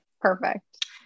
Perfect